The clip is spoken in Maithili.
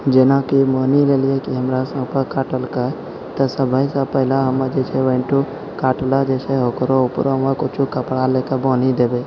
जेनाकि मानि लेलिए कि हमरा साँप काटलकै तऽ सबसँ पहिले हम जे छै वहीँ ठू काटलऽ जे छै ओकरो उपरऽमे किछु कपड़ा लऽकऽ बान्हि देबै